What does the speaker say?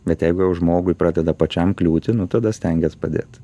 bet jeigu jau žmogui pradeda pačiam kliūti nu tada stengies padėt